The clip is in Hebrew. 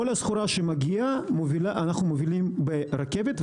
כל הסחורה שמגיעה אנחנו מובילים ברכבת,